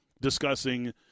discussing